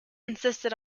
insisted